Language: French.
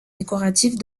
décoratifs